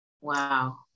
Wow